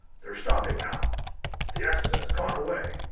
they're stopping now the accident has gone away.